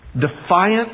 defiant